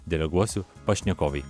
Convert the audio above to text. deleguosiu pašnekovei